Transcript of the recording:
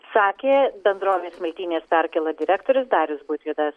sakė bendrovės smiltynės perkėla direktorius darius butvydas